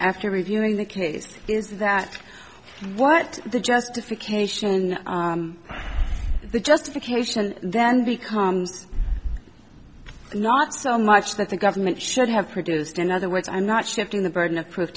after reviewing the case is that what the justification in the justification then becomes not so much that the government should have produced another which i'm not shifting the burden of proof